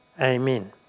Amen